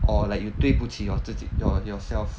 or like you 对不起 your 自己 your yourself